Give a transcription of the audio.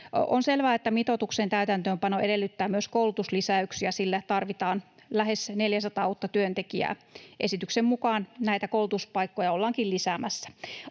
On selvää, että mitoituksen täytäntöönpano edellyttää myös koulutuslisäyksiä, sillä tarvitaan lähes 400 uutta työntekijää. Esityksen mukaan näitä koulutuspaikkoja ollaankin lisäämässä.